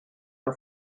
one